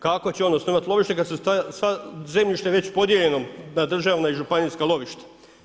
Kako će on osnovati lovište kad su sva zemljišta već podijeljena na državna i županijska lovišta.